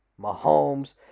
Mahomes